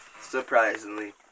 surprisingly